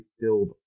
build